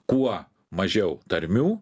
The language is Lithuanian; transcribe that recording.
kuo mažiau tarmių